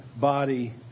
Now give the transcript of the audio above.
body